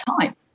time